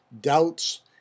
Doubts